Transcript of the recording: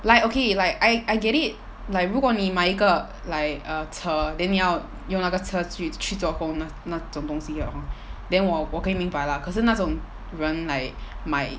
like okay like I I get it like 如果你买一个 like err 车 then 你要用那个车去去做工那那种东西 hor then 我我可以明白啦可是那种人 like 买